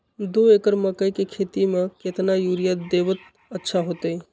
दो एकड़ मकई के खेती म केतना यूरिया देब त अच्छा होतई?